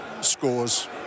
scores